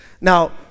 Now